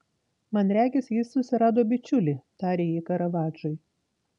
man regis jis susirado bičiulį tarė ji karavadžui